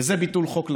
וזה ביטול חוק לרון.